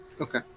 Okay